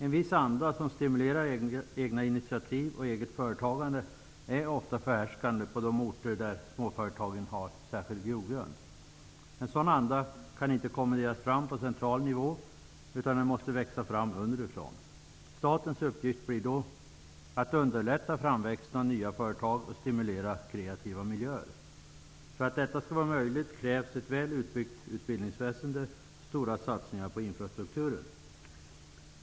En viss anda som stimulerar egna initiativ och eget företagande är ofta förhärskande på de orter där småföretagen har särskild grogrund. En sådan anda kan inte kommenderas fram på central nivå, utan den måste växa fram underifrån. Statens uppgift blir då att underlätta framväxten av nya företag och stimulera kreativa miljöer. För att detta skall vara möjligt krävs ett väl utbyggt utbildningsväsende och stora satsningar på infrastruktur.